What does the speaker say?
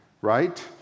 Right